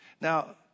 Now